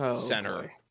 center